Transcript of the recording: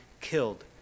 killed